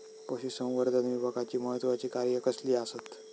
पशुसंवर्धन विभागाची महत्त्वाची कार्या कसली आसत?